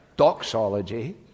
doxology